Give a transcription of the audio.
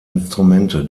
instrumente